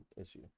issue